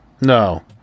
No